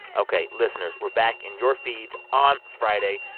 ok, listeners, we're back in your feeds on friday.